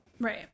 Right